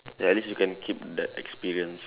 then at least you can keep that experience